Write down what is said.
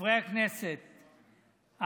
חברי הכנסת,